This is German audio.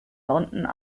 london